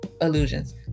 illusions